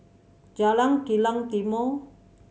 Jalan Kilang Timor